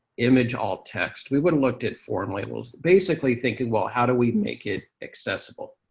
image alt text. we would've looked at form labels, basically thinking, well, how do we make it accessible?